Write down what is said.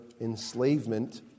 enslavement